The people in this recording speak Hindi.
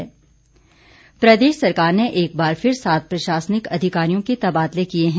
वबादले प्रदेश सरकार ने एक बार फिर सात प्रशासनिक अधिकारियों के तबादले किए हैं